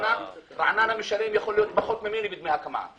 אז רעננה יכול להיות משלם פחות ממני בדמי הקמה,